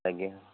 ଆଜ୍ଞା